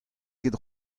ket